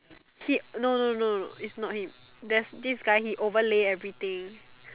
he no no no it's not him there's this guy he overlay everything